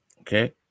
Okay